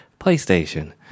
playstation